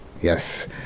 Yes